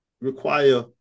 require